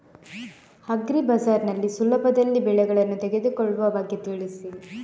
agri Bazaar ನಲ್ಲಿ ಸುಲಭದಲ್ಲಿ ಬೆಳೆಗಳನ್ನು ತೆಗೆದುಕೊಳ್ಳುವ ಬಗ್ಗೆ ತಿಳಿಸಿ